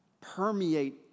permeate